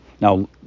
Now